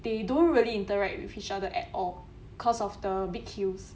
they don't really interact with each other at all cause of the big hills